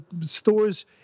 stores